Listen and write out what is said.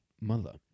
mother